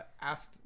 asked